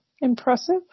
impressive